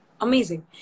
Amazing